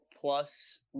Plus